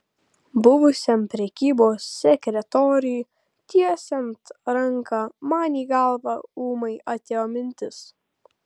buvusiam prekybos sekretoriui tiesiant ranką man į galvą ūmai atėjo mintis